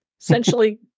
essentially